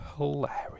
hilarious